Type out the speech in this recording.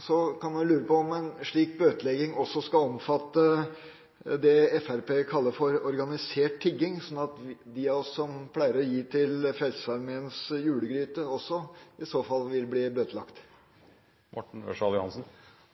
Så kan man lure på om en slik bøtelegging også skal omfatte det Fremskrittspartiet kaller organisert tigging, sånn at de av oss som pleier å gi til Frelsesarmeens julegryte, også i så fall vil bli bøtelagt.